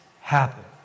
happen